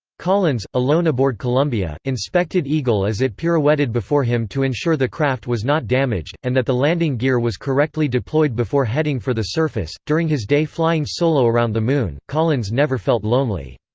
collins, alone aboard columbia, inspected eagle as it pirouetted before him to ensure the craft was not damaged, and that the landing gear was correctly deployed before heading for the surface during his day flying solo around the moon, collins never felt lonely.